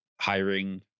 hiring